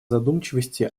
задумчивости